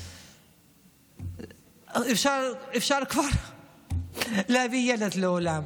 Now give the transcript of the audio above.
אפשר כבר להביא ילד לעולם.